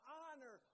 honor